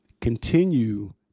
continue